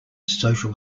social